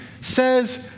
says